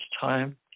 time